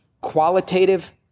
qualitative